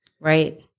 Right